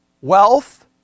wealth